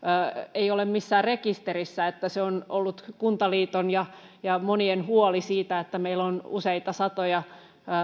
ei ole missään rekisterissä se on ollut kuntaliiton ja ja monien huoli että meillä on kunnilla useita satoja